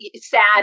sad